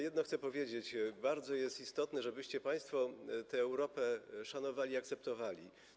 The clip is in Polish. Jedno chcę powiedzieć: jest bardzo istotne, żebyście państwo tę Europę szanowali i akceptowali.